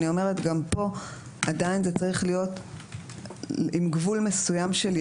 גם פה עדיין זה צריך להיות עם גבול מסוים של ימים.